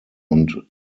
und